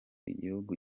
igihugu